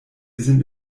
sind